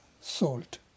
salt